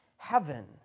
Heaven